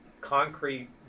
concrete